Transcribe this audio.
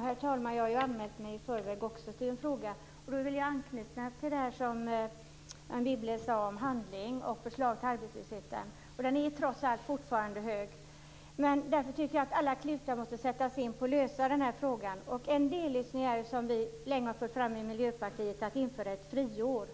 Herr talman! Jag har anmält mig i förväg till en fråga. Jag vill anknyta till det som Anne Wibble sade om handling och förslag för att minska arbetslösheten. Den är trots allt fortfarande hög. Alla klutar måste sättas till för att lösa den frågan. En dellösning som vi från Miljöpartiet länge har fört fram är att införa ett friår.